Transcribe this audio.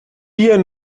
hier